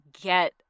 get